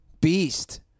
Beast